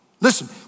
listen